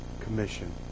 commission